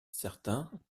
certains